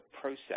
process